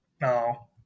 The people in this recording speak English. No